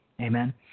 Amen